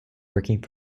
working